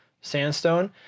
sandstone